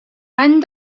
bany